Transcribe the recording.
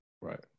Right